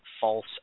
False